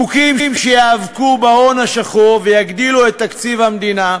חוקים שייאבקו בהון השחור ויגדילו את תקציב המדינה,